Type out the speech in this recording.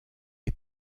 est